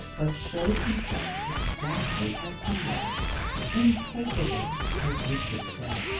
but showed himself exactly as he was incapable, as richard said,